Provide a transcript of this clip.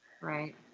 Right